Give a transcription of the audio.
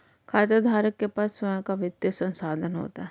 खाताधारक के पास स्वंय का वित्तीय संसाधन होता है